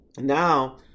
Now